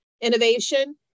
innovation